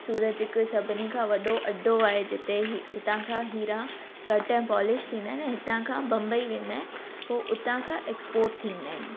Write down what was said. सूरत हिकु सभिनी खां वॾो अडो आहे जिते हीउ जिता खां हीरा कट ऐं पॉलिश थींदा आहिनि ऐं हितां खां बम्बई वेंदा आहिनि पोइ उतां खां एक्सपोर्ट थींदा आहिनि